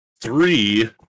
three